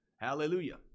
Hallelujah